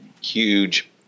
huge